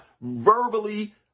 verbally